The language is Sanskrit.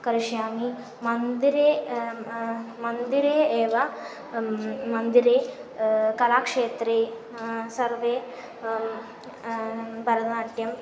करिष्यामि मन्दिरे मन्दिरे एव मन्दिरे कलाक्षेत्रे सर्वे भरतनाट्यं